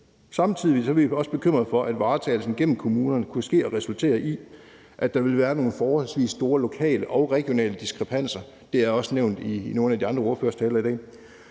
Samtidig er vi også bekymret for, at varetagelsen gennem kommunerne kunne resultere i, at der vil være nogle forholdsvis store lokale og regionale diskrepanser – det er også nævnt i nogle af de andre ordføreres taler i dag